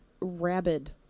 rabid